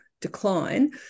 decline